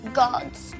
gods